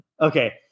Okay